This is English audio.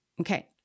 Okay